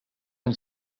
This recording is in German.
ein